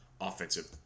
Offensive